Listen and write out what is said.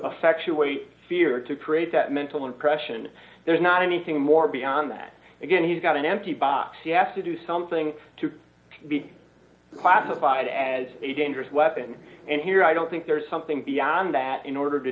effectuate fear to create that mental impression there's not anything more beyond that again he's got an empty box you have to do something to be classified as a dangerous weapon and here i don't think there is something beyond that in order to